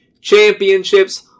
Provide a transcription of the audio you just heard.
championships